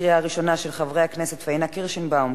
של חברי הכנסת פניה קירשנבאום,